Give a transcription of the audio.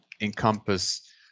encompass